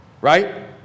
right